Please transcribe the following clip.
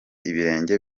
ibirenge